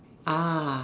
ah